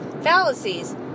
fallacies